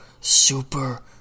super